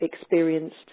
experienced